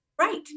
Right